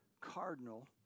Cardinal